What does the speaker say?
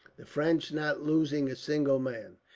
the french not losing a single man.